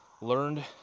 learned